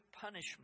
punishment